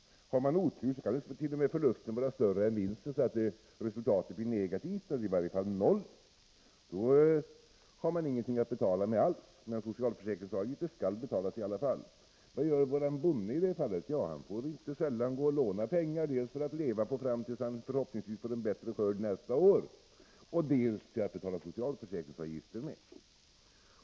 Har man otur kan t.o.m. förlusten vara större än vinsten, så att resultatet blir negativt eller i varje fall noll. Då har man ingenting att betala med alls, men socialförsäkringsavgifterna skall betalas i alla fall. Vad gör vår bonde i det fallet? Ja, han får inte sällan låna pengar, dels för att leva på fram tills han förhoppningsvis får en bättre skörd nästa år, dels för att betala socialförsäkringsavgifterna.